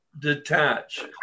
detach